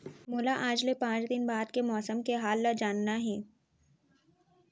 मोला आज ले पाँच दिन बाद के मौसम के हाल ल जानना हे?